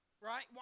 Right